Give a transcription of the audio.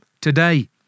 Today